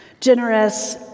Generous